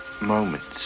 moments